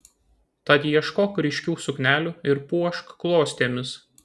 tad ieškok ryškių suknelių ir puošk klostėmis